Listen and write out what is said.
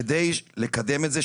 כדי לקדם את זה,